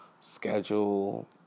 schedule